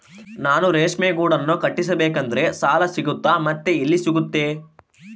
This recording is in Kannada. ನಾನು ರೇಷ್ಮೆ ಗೂಡನ್ನು ಕಟ್ಟಿಸ್ಬೇಕಂದ್ರೆ ಸಾಲ ಸಿಗುತ್ತಾ ಮತ್ತೆ ಎಲ್ಲಿ ಸಿಗುತ್ತೆ?